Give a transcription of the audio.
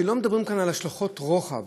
לא מדברים על השלכות רוחב.